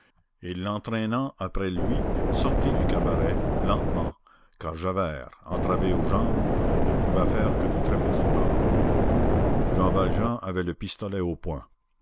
et l'entraînant après lui sortit du cabaret lentement car javert entravé aux jambes ne pouvait faire que de très petits pas jean valjean avait le pistolet au poing